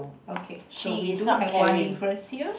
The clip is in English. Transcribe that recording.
okay so we do have one difference here